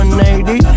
180